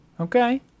Okay